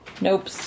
Nope